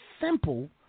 simple